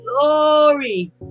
Glory